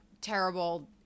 terrible